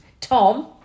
Tom